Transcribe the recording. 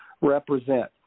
represent